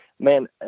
man